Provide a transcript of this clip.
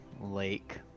lake